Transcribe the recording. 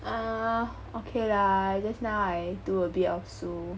err okay lah just now I do a bit of ZUU